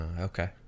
Okay